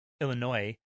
Illinois